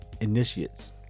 initiates